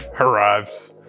arrives